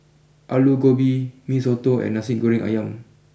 Aloo Gobi Mee Soto and Nasi Goreng Ayam